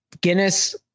Guinness